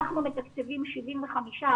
אנחנו מתקצבים 75%,